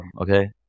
okay